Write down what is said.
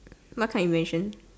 what kind of invention